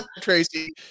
Tracy